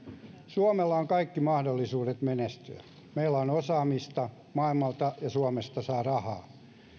suomella on kaikki mahdollisuudet menestyä meillä on osaamista ja maailmalta ja suomesta saa rahaa